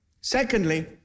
Secondly